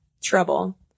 trouble